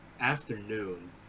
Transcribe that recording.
afternoon